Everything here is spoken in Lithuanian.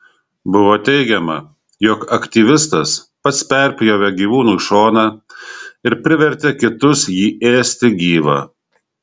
buvo teigiama jog aktyvistas pats perpjovė gyvūnui šoną ir privertė kitus jį ėsti gyvą